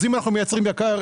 אז אם אנחנו מייצרים יקר,